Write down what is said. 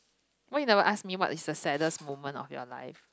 why you never ask me what is the saddest moment of your life